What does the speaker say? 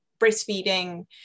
breastfeeding